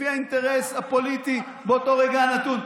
לפי האינטרס הפוליטי באותו רגע נתון.